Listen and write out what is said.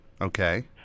Okay